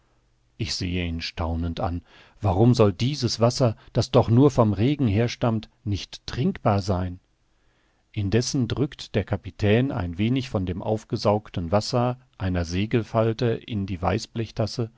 ich sehe ihn staunend an warum soll dieses wasser das doch nur vom regen herstammt nicht trinkbar sein indessen drückt der kapitän ein wenig von dem aufgesaugten wasser einer segelfalte in die